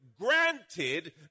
Granted